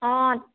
অঁ